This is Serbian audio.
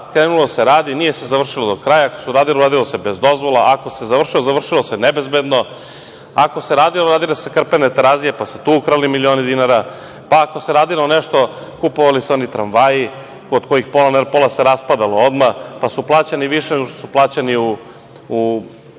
krenulo da se radi, nije se završilo do kraja. Kada su radili, radilo se bez dozvola. Ako se završilo, završilo se nebezbedno. Ako se radilo, radile se krpene Terazije, pa su tu ukrali milione dinara. Ako se radilo nešto, kupovali su se oni tramvaji, od kojih se pola raspadalo odmah, pa su plaćeni i više nego što su plaćeni u